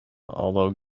although